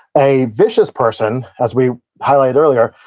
a vicious person, as we highlighted earlier,